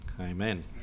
amen